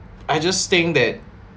I just think that